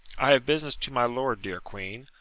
i have business to my lord, dear queen.